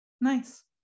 Nice